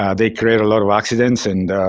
um they create a lot of accidents. and